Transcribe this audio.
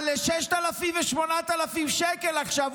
אבל ל-6,000 ו-8,000 שקל עכשיו,